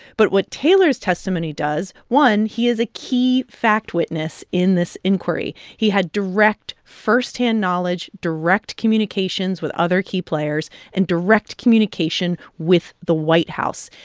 but what taylor's testimony does one, he is a key fact witness in this inquiry. he had direct, firsthand knowledge, direct communications with other key players and direct communication with the white house.